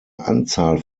anzahl